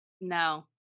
No